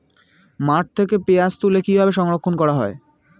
মাঠ থেকে পেঁয়াজ তুলে কিভাবে সংরক্ষণ করা হয়?